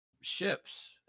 ships